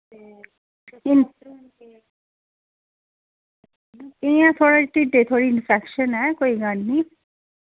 हून इंया थोह्ड़ी ढिड्डै च इंफेक्शन ऐ कोई गल्ल निं